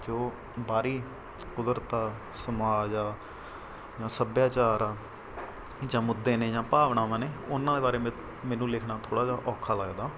ਜੋ ਬਾਹਰੀ ਕੁਦਰਤ ਸਮਾਜ ਆ ਜਾਂ ਸੱਭਿਆਚਾਰ ਆ ਜਾਂ ਮੁੱਦੇ ਨੇ ਜਾਂ ਭਾਵਨਾਵਾਂ ਨੇ ਉਹਨਾਂ ਦੇ ਬਾਰੇ ਮੈ ਮੈਨੂੰ ਲਿਖਣਾ ਥੋੜ੍ਹਾ ਜਿਹਾ ਔਖਾ ਲੱਗਦਾ